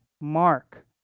Mark